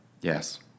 Yes